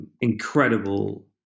incredible